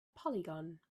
polygon